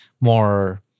more